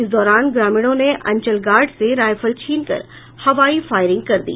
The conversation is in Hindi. इस दौरान ग्रामीणों ने अंचल गार्ड से रायफल छीन कर हवाई फायरिंग कर दी